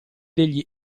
degli